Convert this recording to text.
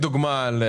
מדווחים.